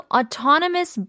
autonomous